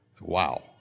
Wow